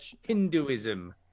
Hinduism